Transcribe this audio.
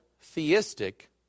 theistic